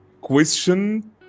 question